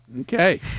okay